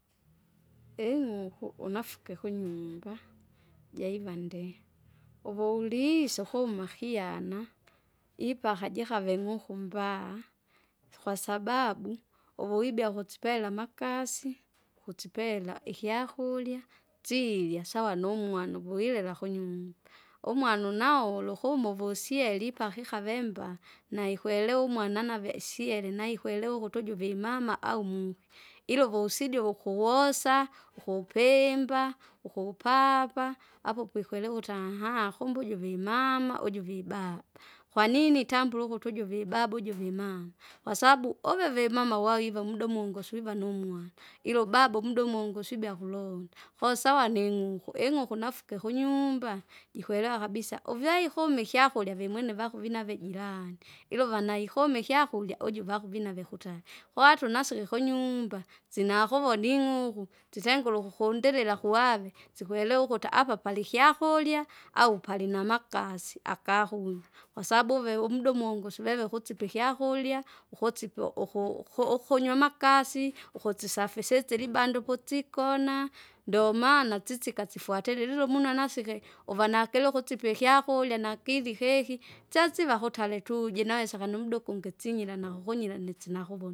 ing'uku unafuke kunyumba, jaiva ndee, uvuiliisya kummakiana, ipaka jikave ng'uku mbaa, tu- kwasababu, uvuibea kusipela amakasi, kusipela ikyakulya, sirya sawa nung'wana vuilila kunyumba, umwana unaolo kumu uvusyeri pakikavemba, naikwelewa umwana nave isyele naikwelewa ukutu uju vimama au muhi. Ila vusije vukuvosa, ukupimba, ukupapa, apaukwelewa ukuti aahaa! kumbu uju vimama uju vibaba. Kwanini itambula ukuti uju vibaba uju vimama, kwasabu uve vimama waiva mudomo nguswiva numwana, ila ubaba umuda umungu usibya kulunda, kosawa ning'uku ing'uku nafuke kunyumba, jikwelewa kabisa, uvyaikome ikyakurya vimwene vako vako vina vijirani, ila uvana ikome ikyakurya uju vako vinavina vikuta, watu nasiki kunyumba, zinakuvoni ing'uku, titengire ukukundilila kuave, sikwelewa ukuti apa palikyakurya au palinamakasi. Kwasabu uve umuda umungu suveve kusipa ikyakurya, ukusipa uku- uku- ukunyumakasi ukusisafisisya ilibanda ukutsikona, ndomaana tsisi kasifutile lile umuno nasike, uva nakilo ukusipe ikyakurya nikiri ihehi, isyaviva kutali tuje naise kana umuda ukungi tsinyira nakukunyira nitsinakuvona.